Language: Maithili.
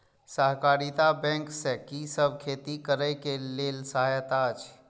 सहकारिता बैंक से कि सब खेती करे के लेल सहायता अछि?